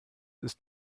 ist